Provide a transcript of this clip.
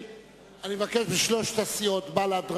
אני מבקש משלוש הסיעות בל"ד,